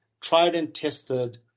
tried-and-tested